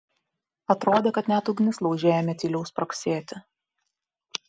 atrodė kad net ugnis lauže ėmė tyliau spragsėti